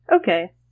Okay